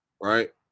right